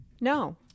no